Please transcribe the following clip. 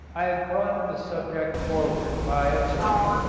i brought the subject forward by observing,